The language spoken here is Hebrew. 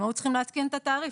הם היו צריכים לעדכן את התעריף.